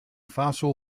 fossil